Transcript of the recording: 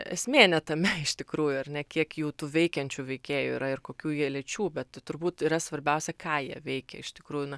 esmė ne tame iš tikrųjų ar ne kiek jų tų veikiančių veikėjų yra ir kokių jie lyčių bet turbūt yra svarbiausia ką jie veikia iš tikrųjų na